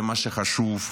זה מה שחשוב עכשיו,